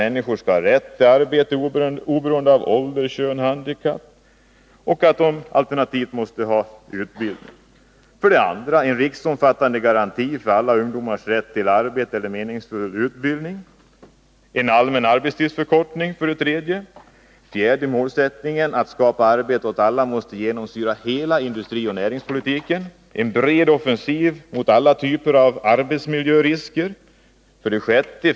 Människor skall ha rätt till arbete oberoende av ålder, kön och handikapp. Alternativt måste de ha utbildning. 2. En riksomfattande garanti för alla ungdomars rätt till arbete eller meningsfull utbildning. 4. Målsättningen att skapa arbete åt alla måste genomsyra hela industrioch näringspolitiken. 5. En bred offensiv mot alla typer av arbetsmiljörisker. 6.